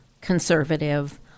conservative